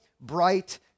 bright